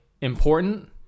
important